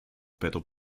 battle